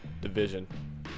division